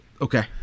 Okay